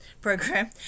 program